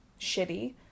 shitty